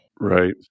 Right